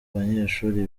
banyeshuri